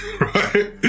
Right